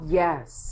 yes